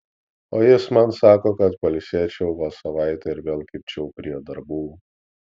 o jis man sako kad pailsėčiau vos savaitę ir vėl kibčiau prie darbų